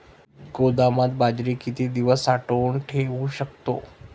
गोदामात बाजरी किती दिवस साठवून ठेवू शकतो?